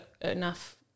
enough